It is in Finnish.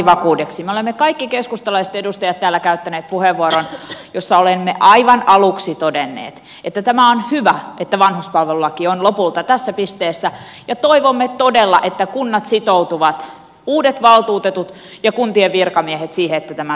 me olemme kaikki keskustalaiset edustajat täällä käyttäneet puheenvuoron jossa olemme aivan aluksi todenneet että tämä on hyvä että vanhuspalvelulaki on lopulta tässä pisteessä ja toivomme todella että kunnat sitoutuvat uudet valtuutetut ja kuntien virkamiehet siihen että tämä todella toteutuu